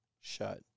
shut